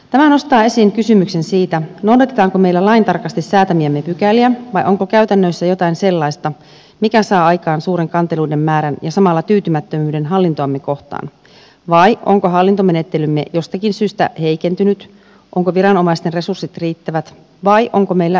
tämä nostaa esiin kysymyksen siitä noudatetaanko meillä laintarkasti säätämiämme pykäliä vai onko käytännöissä jotain sellaista mikä saa aikaan suuren kanteluiden määrän ja samalla tyytymättömyyden hallintoamme kohtaan vai onko hallintomenettelymme jostakin syystä heikentynyt ovatko viranomaisten resurssit riittävät vai onko meillä ristiriitaista lainsäädäntöä